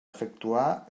efectuar